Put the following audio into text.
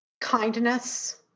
kindness